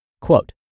Quote